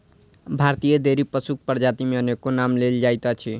भारतीय डेयरी पशुक प्रजाति मे अनेको नाम लेल जाइत अछि